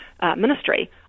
ministry